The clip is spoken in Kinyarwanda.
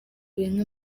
bimwe